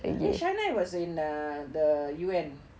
eh shina was in the uh U_N